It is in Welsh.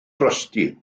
drosti